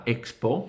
Expo